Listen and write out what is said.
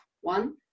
one